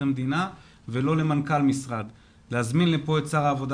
המדינה ולא למנכ"ל משרד אלא להזמין לכאן את שר העבודה